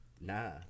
Nah